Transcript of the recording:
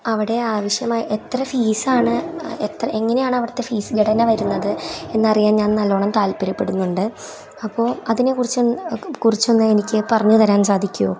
അവിടെ ആവശ്യമായത് എത്ര ഫീസാണ് എങ്ങനെയാണ് അവിടുത്തെ ഫീസ് ഘടന വരുന്നത് എന്നറിയാൻ ഞാൻ നല്ല വണ്ണം താൽപ്പര്യപ്പെടുന്നുണ്ട് അപ്പോൾ അതിനെ കുറിച്ച് കുറിച്ചൊന്ന് എനിക്ക് പറഞ്ഞ് തരാൻ സാധിക്കുമോ